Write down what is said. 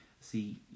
see